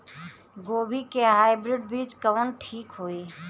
गोभी के हाईब्रिड बीज कवन ठीक होई?